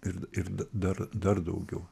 ir ir dar dar daugiau